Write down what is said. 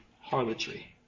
harlotry